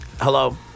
Hello